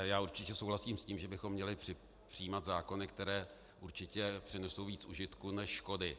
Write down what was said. Já určitě souhlasím s tím, že bychom měli přijímat zákony, které přinesou víc užitku než škody.